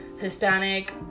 hispanic